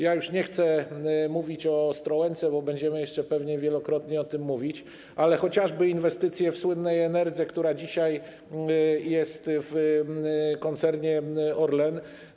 Już nie chcę mówić o Ostrołęce, bo będziemy jeszcze pewnie wielokrotnie o tym mówić, ale chodzi chociażby o inwestycje w słynnej Enerdze, która dzisiaj jest w koncernie Orlen.